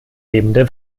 lebende